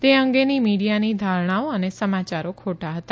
તે અંગેની મીડિયાની ધારણાઓ અને સમાચારો ખોટા હતા